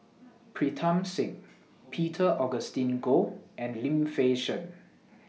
Pritam Singh Peter Augustine Goh and Lim Fei Shen